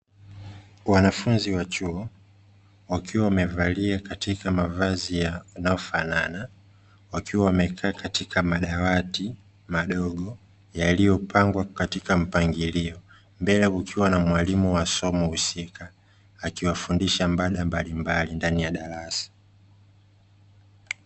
Wanafunzi wa chuo, wakiwa wamevalia katika mavazi yanayofanana wakiwa wamekaa katika madawati madogo yaliyopangwa katika mpangilio, mbele kukiwa na mwalimu wa somo husika akiwafundisha mada mbalimbali ndani ya darasa.